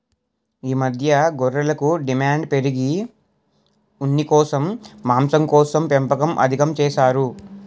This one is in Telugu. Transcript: ఈ మధ్య గొర్రెలకు డిమాండు పెరిగి ఉన్నికోసం, మాంసంకోసం పెంపకం అధికం చేసారు